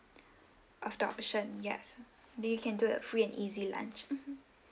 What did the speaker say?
of the option yes they you can do a free and easy lunch mmhmm